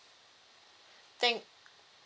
thank